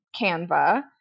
Canva